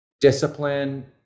discipline